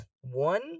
One